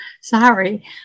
sorry